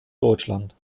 deutschland